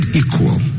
equal